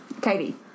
Katie